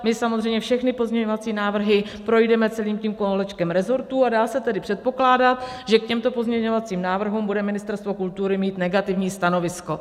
My samozřejmě všechny pozměňovací návrhy projdeme celým tím kolečkem resortů, a dá se tedy předpokládat, že k těmto pozměňovacím návrhům bude Ministerstvo kultury mít negativní stanovisko.